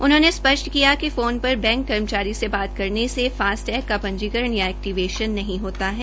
उन्होंने स्पष्ट किया फोन पर बैंक कर्मचारी से बात करने मे फासटेग का पंजीकरण या एक्टीवेशन नहीं होता है